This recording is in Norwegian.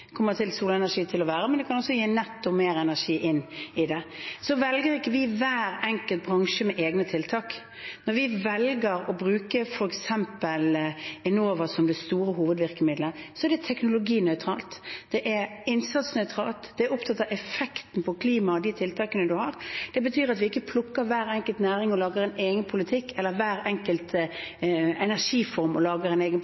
kommer solenergi til å være, men det kan også gi netto mer energi inn i det. Så velger ikke vi hver enkelt bransje med egne tiltak. Når vi velger å bruke f.eks. Enova som det store hovedvirkemidlet, er det teknologinøytralt, det er innsatsnøytralt. En er opptatt av effekten på klimaet av de tiltakene man har. Det betyr at vi ikke plukker hver enkelt næring og lager en egen politikk, eller hver enkelt energiform og lager en